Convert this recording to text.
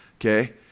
okay